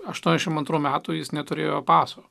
aštuoniasdešim antrų metų jis neturėjo paso